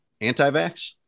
anti-vax